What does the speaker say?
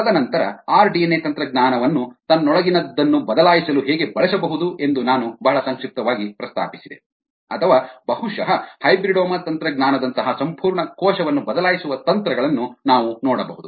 ತದನಂತರ R DNA ತಂತ್ರಜ್ಞಾನವನ್ನು ತನ್ನೊಳಗಿನದ್ದನ್ನು ಬದಲಾಯಿಸಲು ಹೇಗೆ ಬಳಸಬಹುದು ಎಂದು ನಾನು ಬಹಳ ಸಂಕ್ಷಿಪ್ತವಾಗಿ ಪ್ರಸ್ತಾಪಿಸಿದೆ ಅಥವಾ ಬಹುಶಃ ಹೈಬ್ರಿಡೋಮಾ ತಂತ್ರಜ್ಞಾನದಂತಹ ಸಂಪೂರ್ಣ ಕೋಶವನ್ನು ಬದಲಾಯಿಸುವ ತಂತ್ರಗಳನ್ನು ನಾವು ನೋಡಬಹುದು